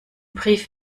brief